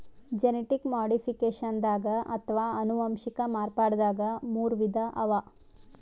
genetic ಮಾಡಿಫಿಕೇಷನ್ದಾಗ್ ಅಥವಾ ಅನುವಂಶಿಕ್ ಮಾರ್ಪಡ್ದಾಗ್ ಮೂರ್ ವಿಧ ಅವಾ